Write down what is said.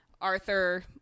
Arthur